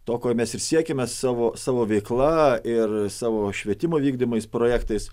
to ko mes ir siekiame savo savo veikla ir savo švietimo vykdomais projektais